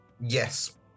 Yes